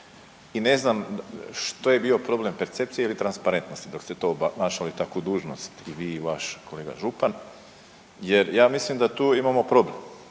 i ne znam što je bio problem percepcije ili transparentnosti dok ste obnašali takvu dužnost i vi i vaš kolega župan jer ja mislim da tu imamo problem.